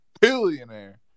Billionaire